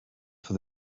for